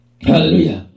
Hallelujah